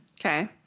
Okay